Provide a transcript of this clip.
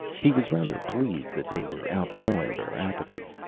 he was rather pleased that they were outgrowing their apathy.